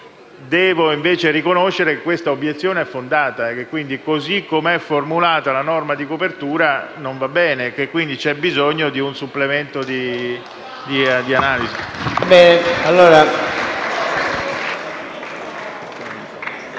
Devo invece riconoscere che questa obiezione è fondata e che, così come è formulata, la norma di copertura non va bene; vi è quindi bisogno di un supplemento di analisi.